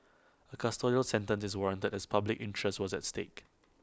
A custodial sentence is warranted as public interest was at stake